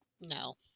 No